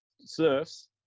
surfs